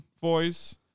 voice